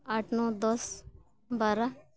ᱟᱴ ᱱᱚ ᱫᱚᱥ ᱵᱟᱨᱚ